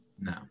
No